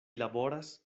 laboras